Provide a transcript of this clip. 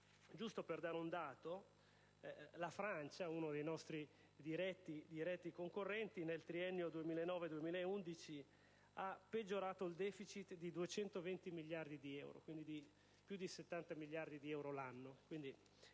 un altro dato. La Francia, uno dei nostri diretti concorrenti, nel triennio 2009-2011 ha peggiorato il deficit di 220 miliardi di euro, più di 70 miliardi di euro l'anno.